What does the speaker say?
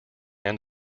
end